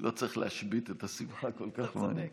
לא צריך להשבית את השמחה כל כך מהר.